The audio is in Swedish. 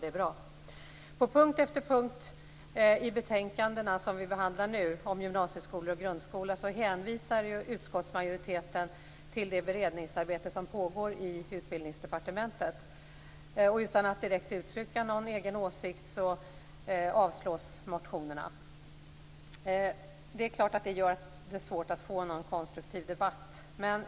Det är bra! På punkt efter punkt i de betänkanden om gymnasieskolor och grundskola hänvisar utskottsmajoriteten till det beredningsarbete som pågår i Utbildningsdepartementet. Utan att direkt uttrycka någon egen åsikt avstyrker man motionerna. Det är svårt att få en konstruktiv debatt.